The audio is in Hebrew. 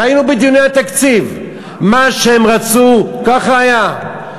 ראינו בדיוני התקציב: מה שהם רצו, ככה היה.